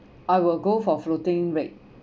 I will go for floating rate